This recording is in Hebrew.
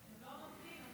אתם לא נותנים לו אפילו לדבר.